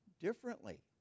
Differently